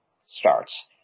starts